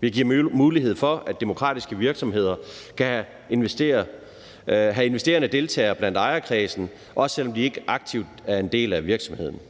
Vi giver mulighed for, at demokratiske virksomheder kan have investerende deltagere blandt ejerkredsen, også selv om de ikke aktivt er en del af virksomheden;